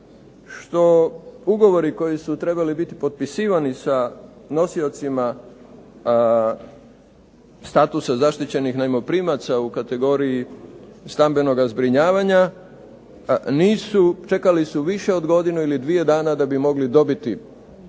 što ugovori koji su trebali biti potpisivani sa nosiocima statusa zaštićenih najmoprimaca u kategorija stambenoga zbrinjavanja nisu, čekali su više od godine ili dvije dana da bi mogli dobiti